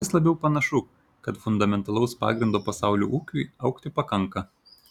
vis labiau panašu kad fundamentalaus pagrindo pasaulio ūkiui augti pakanka